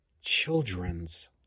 children's